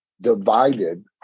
divided